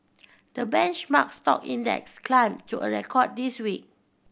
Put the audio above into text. the benchmark stock index climbed to a record this week